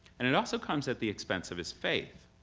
and it also comes at the expense of his faith.